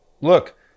look